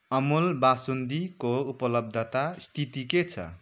अमुल बासुन्दीको उपलब्धता स्थिति के छ